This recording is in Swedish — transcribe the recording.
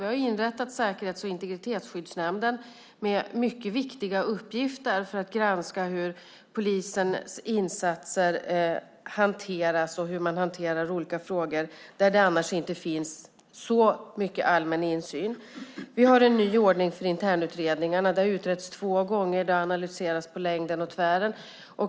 Vi har inrättat Säkerhets och integritetsskyddsnämnden med mycket viktiga uppgifter att granska hur polisens insatser genomförs och hur man hanterar olika frågor där det annars inte finns så mycket allmän insyn. Vi har en ny ordning för internutredningarna. Det har utretts två gånger och analyserats på längden och tvären.